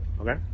Okay